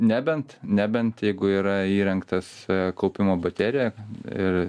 nebent nebent jeigu yra įrengtas kaupimo baterija ir